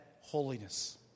holiness